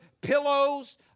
pillows